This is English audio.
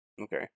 okay